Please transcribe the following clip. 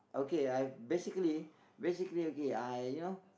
okay I basically basically okay I you know